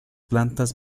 plantas